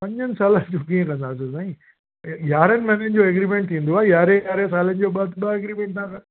पंजनि सालनि जो कीअं कंदासीं साईं यारहनि महिननि जो एग्रीमेंट थींदो आहे यारहें यारहें सालनि जो ॿ ॿ एग्रीमेंटा